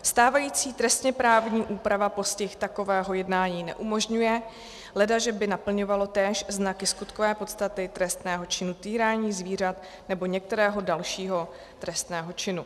Stávající trestněprávní úprava postih takového jednání neumožňuje, ledaže by naplňovalo též znaky skutkové podstaty trestného činu týrání zvířat nebo některého dalšího trestného činu.